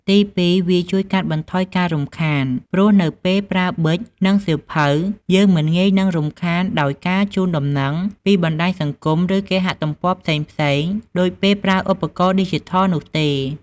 ទីពីរ វាជួយ កាត់បន្ថយការរំខាន ព្រោះនៅពេលប្រើប៊ិច និងសៀវភៅ យើងមិនងាយនឹងរំខានដោយការជូនដំណឹង ពីបណ្ដាញសង្គម ឬគេហទំព័រផ្សេងៗដូចពេលប្រើឧបករណ៍ឌីជីថលនោះទេ។